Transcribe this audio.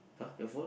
!hah! your phone